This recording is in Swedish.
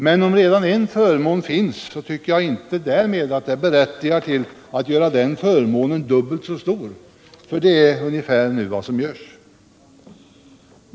Men om en förmån redan finns tycker jag inte att det berättigar till att man gör den förmånen dubbelt så stor. Det är ungefär vad som nu görs.